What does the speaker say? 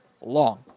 long